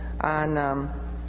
on